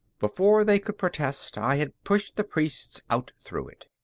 before they could protest, i had pushed the priests out through it.